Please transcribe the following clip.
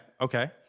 okay